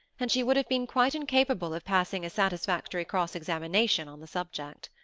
and she would have been quite incapable of passing a satisfactory cross-examination on the subject.